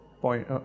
point